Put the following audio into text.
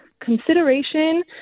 consideration